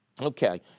Okay